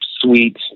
sweet